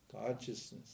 Consciousness